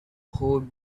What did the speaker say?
hold